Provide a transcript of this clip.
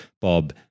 Bob